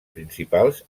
principals